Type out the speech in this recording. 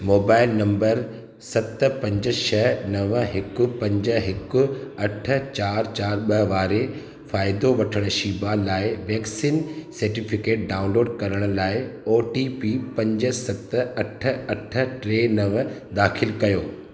mobile number सत पंज छह नव हिकु पंज हिकु अठ चारि चारि ॿ वारे फ़ाइदो वठणु शीबा लाइ वैक्सीन सर्टिफिकेट डाउनलोड करण लाइ ओ टी पी पंज सत अठ अठ टे नव दाख़िलु कयो